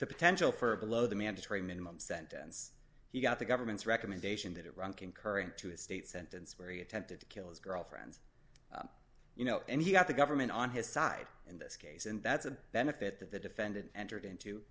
the potential for below the mandatory minimum sentence he got the government's recommendation that it run concurrent to a state sentence where he attempted to kill his girlfriend's you know and he got the government on his side in this case and that's a benefit that the defendant entered into